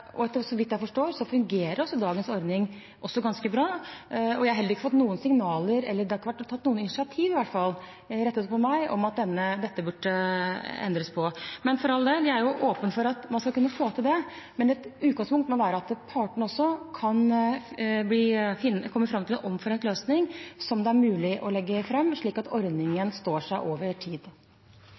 og så vidt jeg forstår, fungerer dagens ordning ganske bra. Jeg har heller ikke fått noen signaler – eller det har ikke vært tatt noe initiativ i hvert fall rettet mot meg – om at dette burde endres på. Men for all del, jeg er åpen for at man skal kunne få til det. Et utgangspunkt må imidlertid være at partene også kan komme fram til en omforent løsning som det er mulig å legge fram, slik at ordningen står seg over tid.